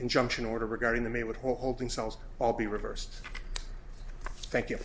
injunction order regarding the maid holding cells all be reversed thank you